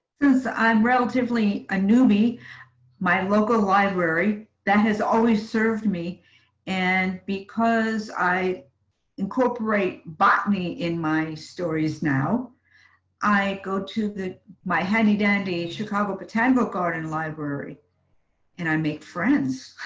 since i'm relatively a newbie my local library that has always served me and because i incorporate bought me in my stories. now i go to the my handy dandy chicago potential garden library and i make friends.